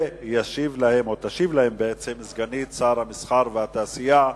ותשיב להן סגנית שר המסחר והתעשייה,